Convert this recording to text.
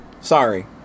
Sorry